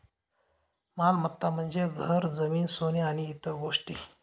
मालमत्ता म्हणजे घर, जमीन, सोने आणि इतर गोष्टी